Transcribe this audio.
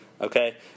okay